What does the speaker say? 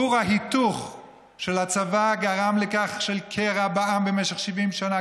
כור ההיתוך של הצבא גרם לקרע בעם במשך 70 שנה,